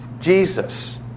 Jesus